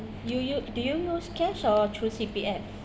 you you do you use cash or through C_P_F